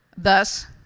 Thus